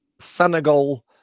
senegal